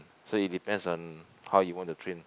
so it depends on how you want to train